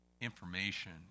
information